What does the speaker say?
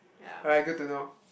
alright good to know